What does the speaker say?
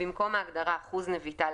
במקום ההגדרה ""אחוז נביטה",